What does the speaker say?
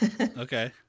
Okay